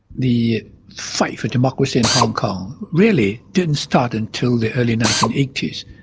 the fight for democracy in hong kong really didn't start until the early nineteen eighty s.